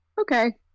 Okay